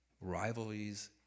rivalries